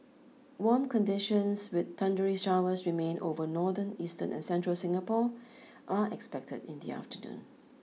warm conditions with thundery showers remain over northern eastern and central Singapore are expected in the afternoon